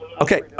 Okay